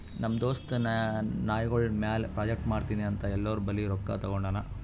ನಮ್ ದೋಸ್ತ ನಾಯ್ಗೊಳ್ ಮ್ಯಾಲ ಪ್ರಾಜೆಕ್ಟ್ ಮಾಡ್ತೀನಿ ಅಂತ್ ಎಲ್ಲೋರ್ ಬಲ್ಲಿ ರೊಕ್ಕಾ ತಗೊಂಡಾನ್